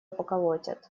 поколотят